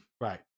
right